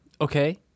okay